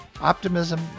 optimism